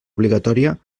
obligatòria